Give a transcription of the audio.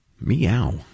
Meow